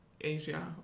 Asia